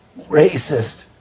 racist